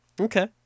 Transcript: Okay